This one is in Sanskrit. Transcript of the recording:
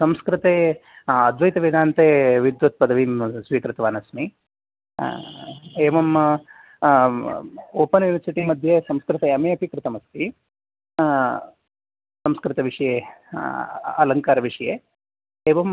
संस्कृते अद्वैतवेदान्ते विद्वत् पदवीं स्वीकृतवान् अस्मि एवं ओपेन् युनिवर्सिटी मध्ये संस्कृते एम् ए अपि कृतमस्ति संस्कृतविषये अलङ्कारविषये एवं